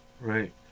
right